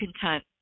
content